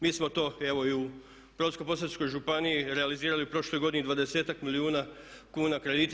Mi smo to evo i u Brodsko-posavskoj županiji realizirali u prošloj godini 20-ak milijuna kuna kredita.